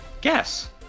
Guess